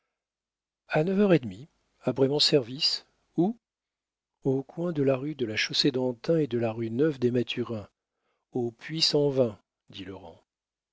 a neuf heures et demie après mon service où au coin de la rue de la chaussée-d'antin et de la rue neuve des mathurins au puits sans vin dit laurent